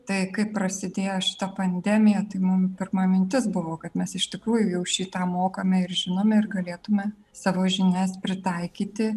tai kai prasidėjo šita pandemija tai mums pirma mintis buvo kad mes iš tikrųjų jau šį tą mokame ir žinome ir galėtume savo žinias pritaikyti